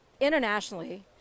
internationally